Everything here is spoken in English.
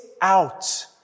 out